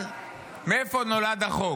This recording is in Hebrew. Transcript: מאיפה נולד החוק?